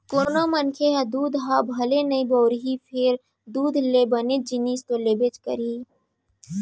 कोनों मनखे ह दूद ह भले नइ बउरही फेर दूद ले बने जिनिस तो लेबेच करही